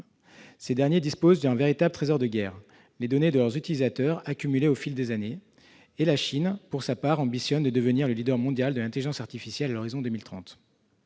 des Gafam, qui disposent d'un véritable trésor de guerre- les données de leurs utilisateurs, accumulées au fil des années -, et la Chine, qui, pour sa part, ambitionne de devenir le leader mondial de l'intelligence artificielle à l'horizon de 2030.